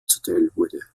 zuteilwurde